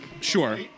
Sure